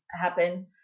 happen